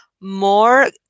More